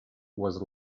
was